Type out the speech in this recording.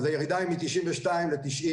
אז הירידה היא מ-92% ל-90%,